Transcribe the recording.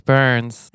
Burns